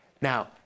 Now